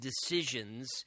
decisions